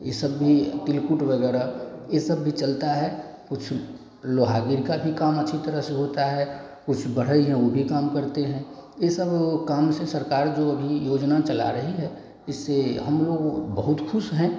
इ सब भी तिलकुट वगैरह इ सब भी चलता है कुछ लोहागिर का भी काम अच्छी तरह से होता है कुछ बढ़ई हैं उ भी काम करते हैं इ सब काम से सरकार जो अभी योजना चला रही है इससे हम लोग बहुत ख़ुश हैं